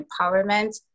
empowerment